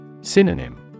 Synonym